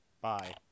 Bye